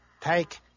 Take